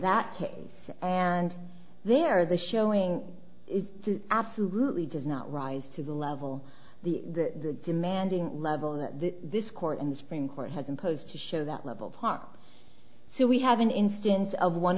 that case and there the showing is absolutely does not rise to the level the the demanding level that this court in the supreme court has imposed to show that level parts so we have an instance of one